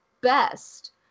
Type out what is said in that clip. best